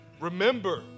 Remember